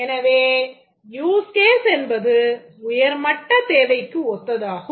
எனவே use case என்பது உயர்மட்டத் தேவைக்கு ஒத்ததாகும்